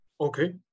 Okay